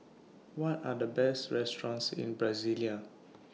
What Are The Best restaurants in Brasilia